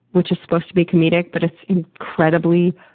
which is supposed to be comedic but it's incredibly,